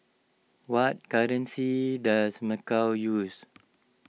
what currency does Macau use